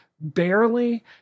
barely